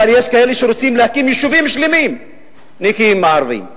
אבל יש כאלה שרוצים להקים יישובים שלמים נקיים מערבים.